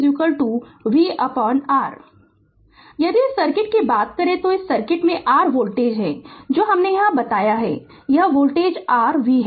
Refer Slide Time 0641 यदि इस circuit कि बात करे तो इस सर्किट में r वोल्टेज है जो हमने यहाँ बताया है यह वोल्टेज r v है